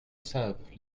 savent